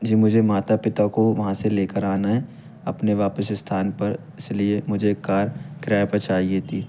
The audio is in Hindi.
जी मुझे माता पिता को वहाँ से लेकर आना है अपने वापस स्थान पर इसलिए मुझे कार किराये पर चाहिए थी